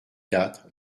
quatre